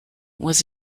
was